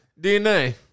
DNA